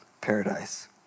paradise